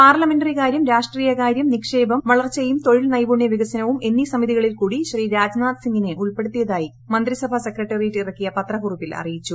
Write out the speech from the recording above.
പാർലമെന്റികാര്യം രീഷ്ട്രീയകാര്യം നിക്ഷേപം വളർച്ചയും തൊഴിൽ നൈപുണ്യ വികസനവും എന്നീ സമിതികളിൽ കൂടി ശ്രീ രാജ്നാഥ് സിംഗിനെ ഉൾപ്പെടുത്തിയതായി മന്ത്രിസഭാ സെക്രട്ടേറിയറ്റ് ഇറക്കിയ പത്രക്കുറിപ്പിൽ അറിയിച്ചു